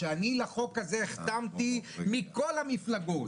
שאני לחוק הזה החתמתי מכל המפלגות,